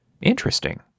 Interesting